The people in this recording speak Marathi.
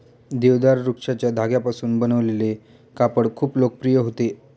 देवदार वृक्षाच्या धाग्यांपासून बनवलेले कापड खूप लोकप्रिय होते